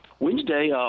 Wednesday